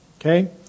Okay